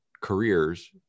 careers